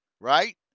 Right